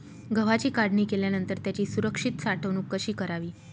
गव्हाची काढणी केल्यानंतर त्याची सुरक्षित साठवणूक कशी करावी?